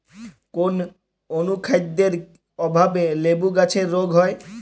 কোন অনুখাদ্যের অভাবে লেবু গাছের রোগ হয়?